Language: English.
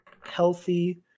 healthy